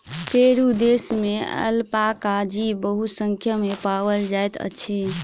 Peru देश में alpaca जीव बहुसंख्या में पाओल जाइत अछि